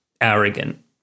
arrogant